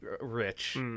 rich